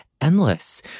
endless